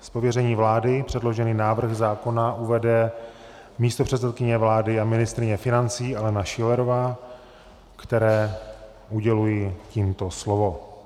Z pověření vlády předložený návrh zákona uvede místopředsedkyně vlády a ministryně financí Alena Schillerová, které uděluji tímto slovo.